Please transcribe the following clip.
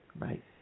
Right